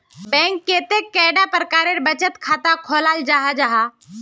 Bank कतेक कैडा प्रकारेर बचत खाता खोलाल जाहा जाहा?